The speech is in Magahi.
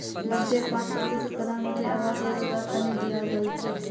बजटेर पांच प्रतिशत प्रधानमंत्री आवास योजनार तने दियाल गहिये